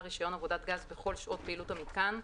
רישיון עבודת גז בכל שעות פעילות המיתקן,